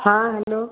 हाँ हेलो